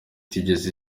itigeze